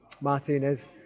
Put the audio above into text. Martinez